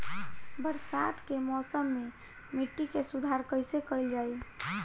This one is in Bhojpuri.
बरसात के मौसम में मिट्टी के सुधार कईसे कईल जाई?